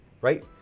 right